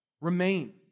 Remain